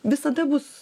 visada bus